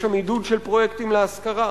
יש שם עידוד של פרויקטים להשכרה.